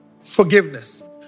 forgiveness